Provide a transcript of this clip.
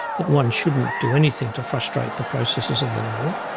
that one shouldn't do anything to frustrate the processes of the law.